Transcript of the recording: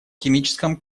химическом